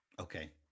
okay